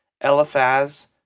Eliphaz